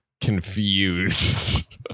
confused